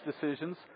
decisions